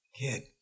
kid